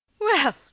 Well